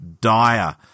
dire